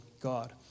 God